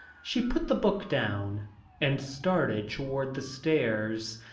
she put the book down and started toward the stairs.